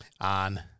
on